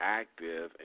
active